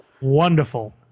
wonderful